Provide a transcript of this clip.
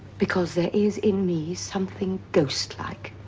because there is in me something ghost-like